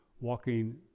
walking